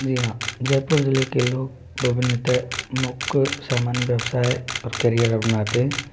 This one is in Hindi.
जी हाँ जयपुर ज़िले के लोग विभिन्नत मुख्य सामान्य व्यवसाय और कैरियर अपनाते हैं